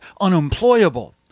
unemployable